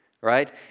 right